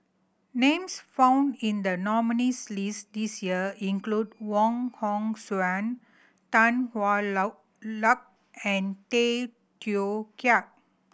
names found in the nominees' list this year include Wong Hong Suen Tan Hwa Luck and Tay Teow Kiat